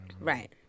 Right